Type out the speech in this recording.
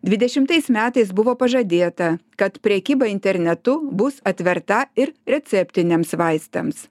dvidešimais metais buvo pažadėta kad prekyba internetu bus atverta ir receptiniams vaistams